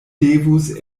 devus